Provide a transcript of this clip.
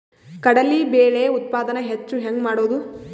ಕಡಲಿ ಬೇಳೆ ಉತ್ಪಾದನ ಹೆಚ್ಚು ಹೆಂಗ ಮಾಡೊದು?